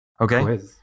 Okay